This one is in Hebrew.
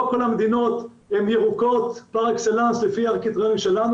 לא כל המדינות הן ירוקות פר-אקסלנס לפי הקריטריונים שלנו,